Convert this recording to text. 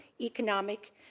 economic